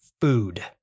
food